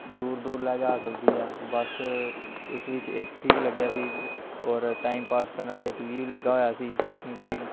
ਦੂਰ ਦੂਰ ਲੈ ਜਾ ਸਕਦੀ ਆ ਬੱਸ ਉਸ ਵਿੱਚ ਏ ਸੀ ਵੀ ਲੱਗਿਆ ਸੀ ਔਰ ਟਾਈਮ ਪਾਸ ਕਰਨ ਵਾਲੇ ਟੀ ਵੀ ਵੀ ਲੱਗਿਆ ਹੋਇਆ ਸੀ ਕਿਉਂਕਿ